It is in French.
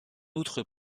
outre